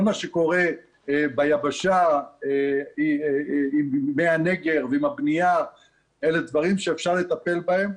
כל מה שקורה ביבשה עם מי הנגר ועם הבנייה אלה דברים שאפשר לטפל בהם.